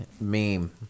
meme